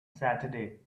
saturday